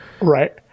Right